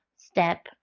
step